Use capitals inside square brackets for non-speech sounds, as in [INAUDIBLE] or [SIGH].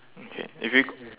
okay if you [NOISE]